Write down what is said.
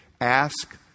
ask